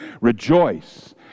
Rejoice